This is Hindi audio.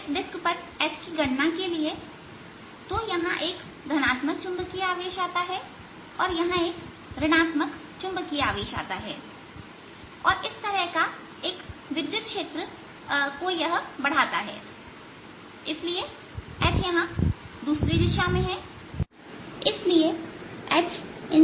इस डिस्क पर H की गणना के लिए तो यहां एक धनात्मक चुंबकीय आवेश आता है और यहां एक ऋण आत्मक चुंबकीय आवेश आता है और इस तरह का क्षेत्र एक विद्युत क्षेत्र को बढ़ाता है इसलिए H यहां दूसरी दिशा में है